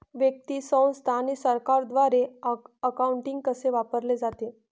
व्यक्ती, संस्था आणि सरकारद्वारे अकाउंटिंग कसे वापरले जाते